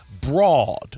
broad